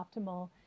optimal